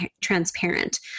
transparent